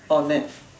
orh nat